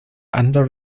under